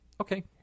Okay